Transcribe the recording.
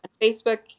Facebook